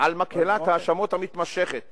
על מקהלת ההאשמות המתמשכת